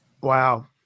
Wow